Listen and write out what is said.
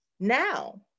now